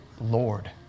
Lord